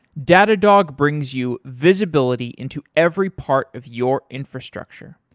datadog brings you visibility into every part of your infrastructure,